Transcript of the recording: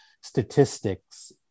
statistics